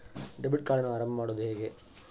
Debit ಕಾರ್ಡನ್ನು ಆರಂಭ ಮಾಡೋದು ಹೇಗೆ?